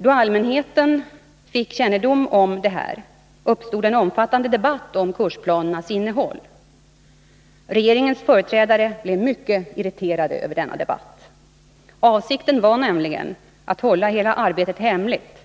Då allmänheten fick kännedom om detta uppstod en omfattande debatt om kursplanernas innehåll. Regeringens företrädare blev mycket irriterade över denna debatt. Avsikten var nämligen att hålla hela arbetet hemligt